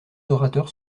orateurs